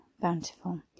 bountiful